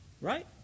right